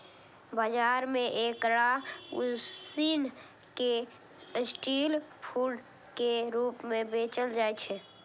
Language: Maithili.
बाजार मे एकरा उसिन कें स्ट्रीट फूड के रूप मे बेचल जाइ छै